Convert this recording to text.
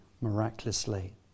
miraculously